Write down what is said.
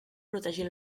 protegir